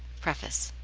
preface.